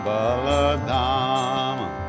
Baladama